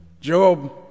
Job